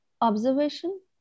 Observation